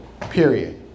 Period